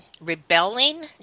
rebelling